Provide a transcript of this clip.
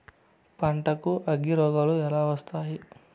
పంటకు అగ్గిరోగాలు ఎలా వస్తాయి?